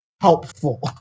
helpful